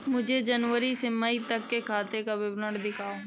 मुझे जनवरी से मई तक मेरे खाते का विवरण दिखाओ?